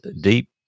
deep